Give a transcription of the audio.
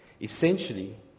Essentially